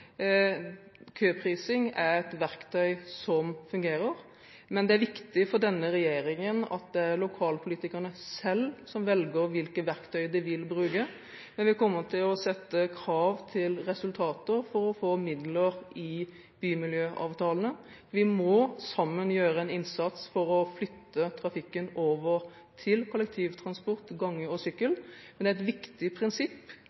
Køprising er et verktøy som fungerer, men det er viktig for denne regjeringen at det er lokalpolitikerne selv som velger hvilke verktøy de vil bruke. Men vi kommer til å sette krav til resultater for å få midler i bymiljøavtalene. Vi må sammen gjøre en innsats for å flytte trafikken over til kollektivtransport, gange og sykkel. Men det er et viktig prinsipp: